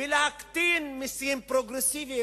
ולהקטין מסים פרוגרסיביים.